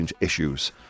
issues